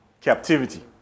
captivity